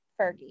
Fergie